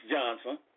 Johnson